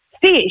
fish